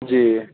جی